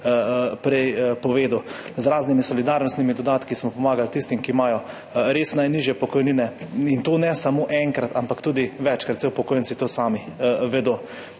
prej povedal. Z raznimi solidarnostnimi dodatki smo pomagali tistim, ki imajo res najnižje pokojnine in to ne samo enkrat, ampak tudi večkrat, saj upokojenci to sami vedo.